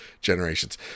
generations